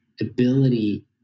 ability